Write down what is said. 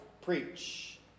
preach